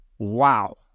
Wow